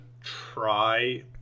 try